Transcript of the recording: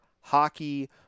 hockey